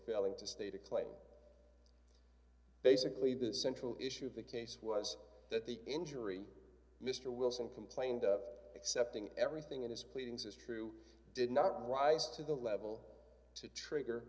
failing to state a claim basically the central issue of the case was that the injury mr wilson complained of accepting everything in his pleadings is true did not rise to the level to trigger